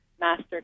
Master